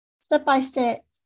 step-by-step